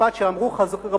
משפט שאמרו רבותינו,